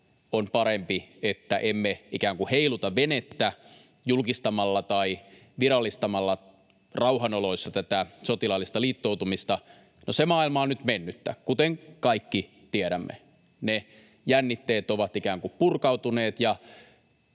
on parempi, että emme ikään kuin heiluta venettä julkistamalla tai virallistamalla rauhan oloissa tätä sotilaallista liittoutumista. No, se maailma on nyt mennyttä, kuten kaikki tiedämme: ne jännitteet ovat ikään kuin purkautuneet